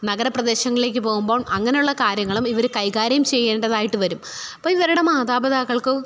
നഗരപ്രദേശങ്ങളിലേക്ക് പോവുമ്പം അങ്ങനെയുള്ള കാര്യങ്ങളും ഇവർ കൈകാര്യം ചെയ്യേണ്ടതായിട്ട് വരും അപ്പം ഇവരുടെ മാതാപിതാക്കള്ക്ക്